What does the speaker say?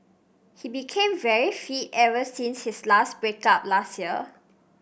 he became very fit ever since his last break up last year